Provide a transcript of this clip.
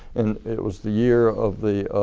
and it was the year of the